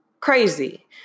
crazy